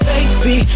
Baby